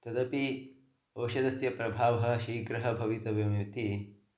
तदपि औषधस्य प्रभावः शीघ्रं भवितव्यमिति